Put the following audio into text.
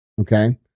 Okay